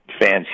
fans